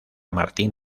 martín